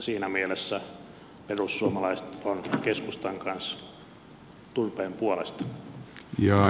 siinä mielessä perussuomalaiset ovat keskustan kanssa turpeen puolesta